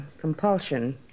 compulsion